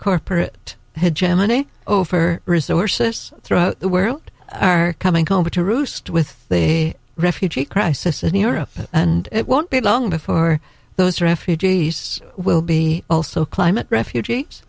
corporate gemini over resources throughout the world are coming home to roost with the refugee crisis in europe and it won't be long before those refugees will be also climate refugees